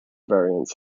variants